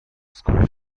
school